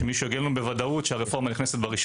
שמישהו יגיד לנו בוודאות שהרפורמה נכנסת ב-1